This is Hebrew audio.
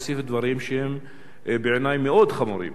הוא הוסיף דברים שהם בעיני מאוד חמורים,